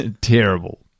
terrible